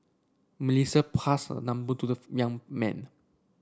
Melissa passed her number to the young man